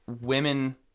women